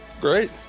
Great